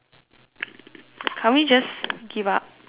can't we just give up